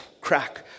Crack